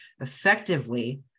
effectively